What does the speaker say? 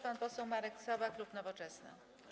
Pan poseł Marek Sowa, klub Nowoczesna.